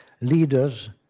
leaders